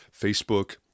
Facebook